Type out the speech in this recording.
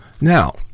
Now